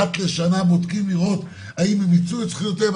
אחת לשנה בודקים לראות האם הם מיצו את זכויותיהם,